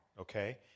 okay